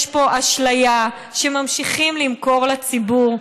יש פה אשליה שממשיכים למכור לציבור.